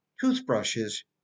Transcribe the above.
toothbrushes